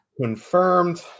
confirmed